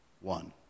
one